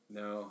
no